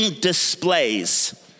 displays